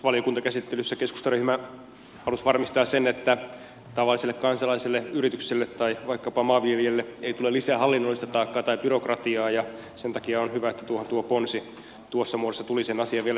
valiokuntakäsittelyssä keskustan ryhmä halusi varmistaa sen että ta valliselle kansalaiselle yritykselle tai vaikkapa maanviljelijälle ei tule lisää hallinnollista taakkaa tai byrokratiaa ja sen takia on hyvä että tuohon tuo ponsi tuossa muodossa tuli sen asian vielä selkeyttämiseksi